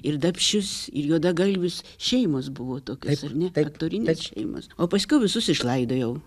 ir darbšius ir juodagalvius šeimos buvo tokios ar ne tai aktorinės šeimos paskiau visus iš laidojau